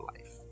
life